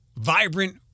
vibrant